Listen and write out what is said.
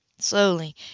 Slowly